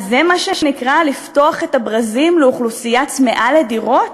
אז זה מה שנקרא לפתוח את הברזים לאוכלוסייה צמאה לדירות?